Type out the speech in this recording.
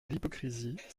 l’hypocrisie